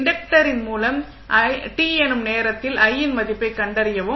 இன்டக்டரின் மூலம் t எனும் நேரத்தில் I இன் மதிப்பைக் கண்டறியவும்